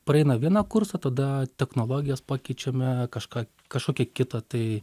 praeina vieną kursą tada technologijas pakeičiame kažką kažkokią kitą tai